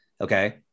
Okay